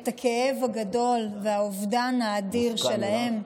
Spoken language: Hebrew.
את הכאב הגדול והאובדן האדיר שלהן,